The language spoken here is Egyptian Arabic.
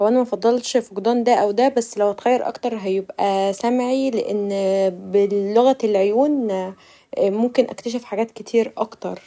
هو أنا مفضلش قفدان دا او دا بس لو أتخير اكتر يبقي سمعي لان بلغه العيون ممكن اكتشف حاجات كتير اكتر